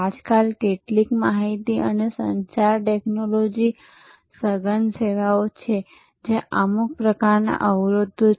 આજકાલ કેટલીક માહિતી અને સંચાર ટેક્નોલોજી સઘન સેવાઓ છે જેમાં અમુક પ્રકારના અવરોધો છે